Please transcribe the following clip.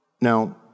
Now